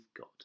God